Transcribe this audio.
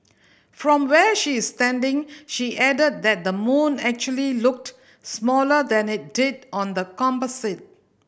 from where she is standing she added that the moon actually looked smaller than it did on the composite